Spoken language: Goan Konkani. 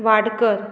वाडकर